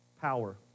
power